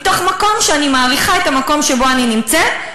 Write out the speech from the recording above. מתוך מקום שאני מעריכה את המקום שבו אני נמצאת,